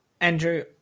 Andrew